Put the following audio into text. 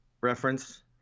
reference